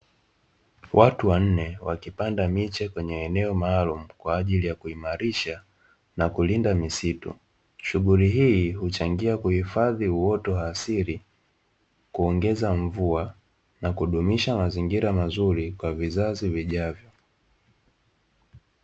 Watu wanne wakipanda miche kwenye eneo maalumu kwa ajili ya kuimarisha na kulinda misitu, shughuli hii huchangia kuhifadhi uoto wa asili, kuongeza mvua na kudumisha mazingira mazuri kwa vizazi vijavyo.